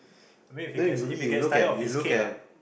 I mean if he gets if he gets tired of his kid ah